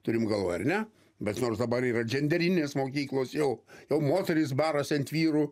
turim galvoj ar ne bet nors dabar yra dženderinės mokyklos jau jau moterys barasi ant vyrų